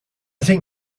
think